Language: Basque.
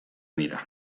dira